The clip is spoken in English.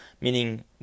meaning